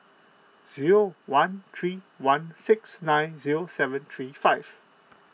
zero one three one six nine zero seven three five